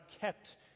kept